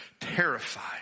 terrified